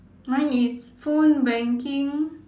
mine is phone banking